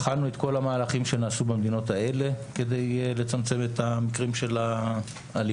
בחנו את כל המהלכים שנעשו במדינות האלה כדי לצמצם את המקרים של האלימות.